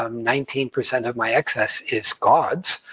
um nineteen percent of my excess is god's,